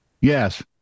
Yes